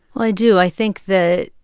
i do. i think that